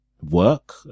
work